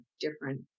different